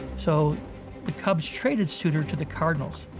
so the cubs traded sutter to the cardinals,